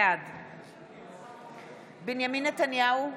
בעד בנימין נתניהו,